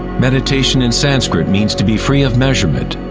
meditation in sanskrit means to be free of measurement.